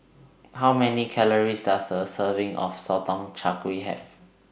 How Many Calories Does A Serving of Sotong Char Kway Have